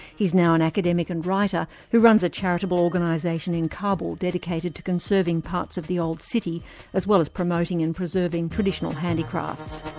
he is now an academic and writer who runs a charitable organisation in kabul dedicated to conserving parts of the old city as well as promoting and preserving traditional handicrafts.